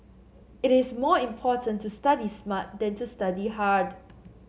it is more important to study smart than to study hard